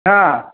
हा